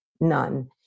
none